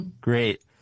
Great